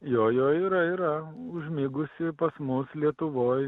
jo jo yra yra užmigusi pas mus lietuvoj